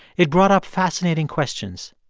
it brought up fascinating questions.